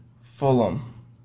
Fulham